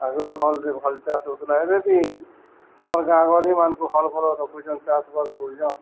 ଆଗରୁ ହଲ୍ରେ ଭଲ ଚାଷ ହଉଥିଲା ଏବେ ବି ଆମର ଗାଁ ଗହଳିମାନଙ୍କୁ ହଲ୍ ଫଲ୍ ରଖୁଛନ୍ ଚାଷବାସ କରୁଛନ୍